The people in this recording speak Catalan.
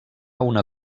una